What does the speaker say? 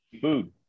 food